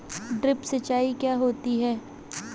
Drip सिंचाई क्या होती हैं?